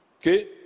Okay